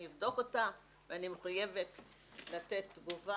אני אבדוק אותה ואני מחויבת לתת תגובה